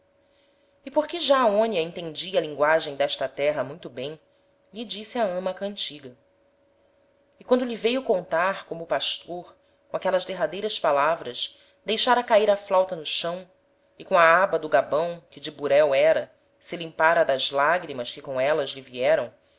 e porque já aonia entendia a lingoagem d'esta terra muito bem lhe disse a ama a cantiga e quando lhe veio a contar como o pastor com aquelas derradeiras palavras deixara cair a flauta no chão e com a aba do gabão que de burel era se limpara das lagrimas que com élas lhe vieram